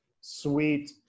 sweet